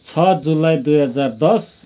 छ जुलाई दुई हजार दस